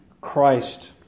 Christ